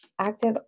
Active